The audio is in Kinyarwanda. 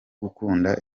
gukunda